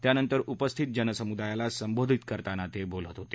त्यानंतर उपस्थितीत जनसमुदायाला संबोधित करताना ते बोलत होते